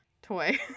toy